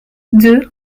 deux